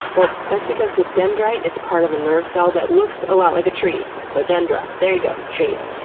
well, that's because the dendrite is a part of a nerve cell that looks a lot like a tree, so dendra, there you go trees.